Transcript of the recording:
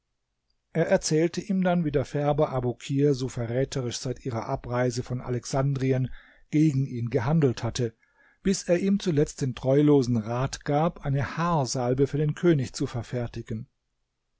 er erzählte ihm dann wie der färber abukir so verräterisch seit ihrer abreise von alexandrien gegen ihn gehandelt hatte bis er ihm zuletzt den treulosen rat gab eine haarsalbe für den könig zu verfertigen